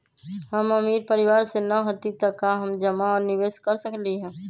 हम अमीर परिवार से न हती त का हम जमा और निवेस कर सकली ह?